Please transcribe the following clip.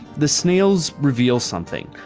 the snails reveal something,